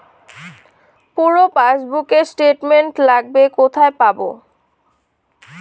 পুরো পাসবুকের স্টেটমেন্ট লাগবে কোথায় পাব?